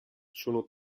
sono